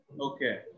Okay